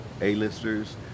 A-listers